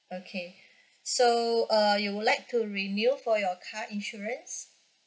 okay so uh you would like to renew for your car insurance